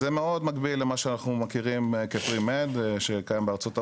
זה מאוד מקביל למה שאנחנו מכירים כ- Pre Med שקיים בארצות הברית,